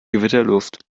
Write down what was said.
gewitterluft